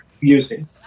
using